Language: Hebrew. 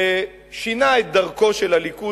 שינה את דרכו של הליכוד,